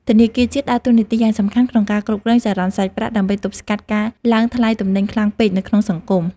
ធនាគារជាតិដើរតួនាទីយ៉ាងសំខាន់ក្នុងការគ្រប់គ្រងចរន្តសាច់ប្រាក់ ដើម្បីទប់ស្កាត់ការឡើងថ្លៃទំនិញខ្លាំងពេកនៅក្នុងសង្គម។